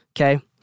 Okay